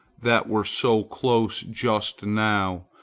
that were so close just now,